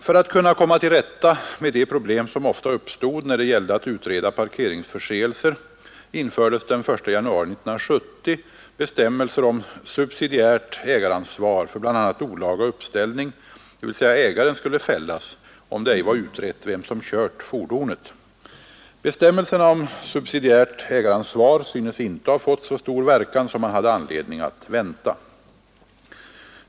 För att kunna komma till rätta med de problem som ofta uppstod när det gällde att utreda parkeringsförseelser infördes den 1 januari 1970 bestämmelser om subsidiärt ägaransvar för bl.a. olaga uppställning, dvs. ägaren skulle fällas om det ej var utrett vem som kört fordonet. Bestämmelserna om subsidiärt ägaransvar synes inte ha fått så stor verkan som man hade anledning att vänta.